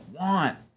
want